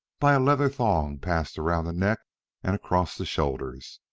by a leather thong passed around the neck and across the shoulders.